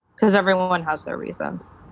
cause everyone has their reasons.